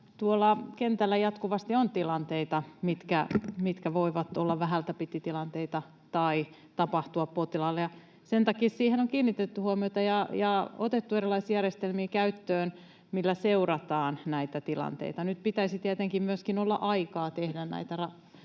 kentällä jatkuvasti on tilanteita, mitkä voivat olla vähältä piti -tilanteita tai tapahtua potilaalle, ja sen takia siihen on kiinnitetty huomiota ja otettu erilaisia järjestelmiä käyttöön, millä seurataan näitä tilanteita. Nyt pitäisi tietenkin myöskin olla aikaa tehdä näitä